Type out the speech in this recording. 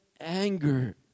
anger